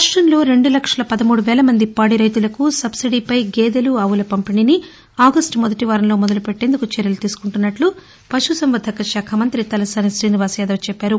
రాష్టంలో రెండు లక్షల పదమూడు వేల మంది పాడి రెతులకు సబ్బిడీపై గేదెలు ఆవుల పంపిణీని ఆగస్తు మొదటి వారంలో మొదలుపెట్టేందుకు చర్యలు తీసుకుంటున్నట్లు పశు సంవర్ధక శాఖ మంత్రి తలసాని శ్రీనివాసయాదవ్ తెలిపారు